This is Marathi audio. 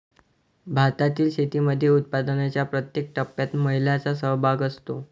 भारतातील शेतीमध्ये उत्पादनाच्या प्रत्येक टप्प्यात महिलांचा सहभाग असतो